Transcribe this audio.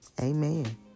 Amen